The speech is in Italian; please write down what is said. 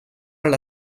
alla